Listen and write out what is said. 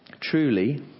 truly